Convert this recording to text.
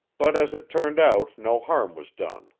but as it turned out, no harm was done,